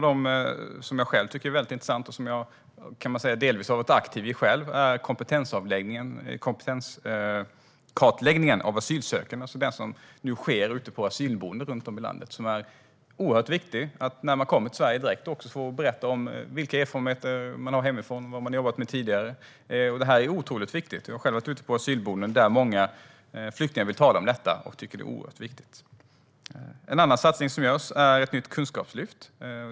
Ett som jag själv tycker är mycket intressant och som jag delvis har arbetat aktivt med är den kompetenskartläggning av asylsökande som nu sker ute på asylboenden runt om i landet. Det är oerhört viktigt att när man kommer till Sverige direkt få berätta om vilka erfarenheter man har hemifrån och vad man har jobbat med tidigare. Jag har själv varit ute på asylboenden där många flyktingar vill tala om detta och tycker att det är oerhört viktigt. En annan satsning som görs är ett nytt kunskapslyft.